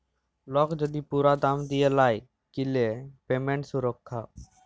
lock যদি পুরা দাম দিয়া লায় কিলে পেমেন্ট সুরক্ষা